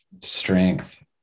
strength